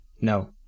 No